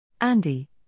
Andy